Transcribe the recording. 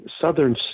Southern